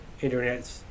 internet